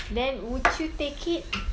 then would you take it